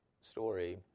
story